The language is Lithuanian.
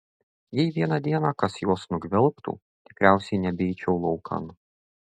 jei vieną dieną kas juos nugvelbtų tikriausiai nebeičiau laukan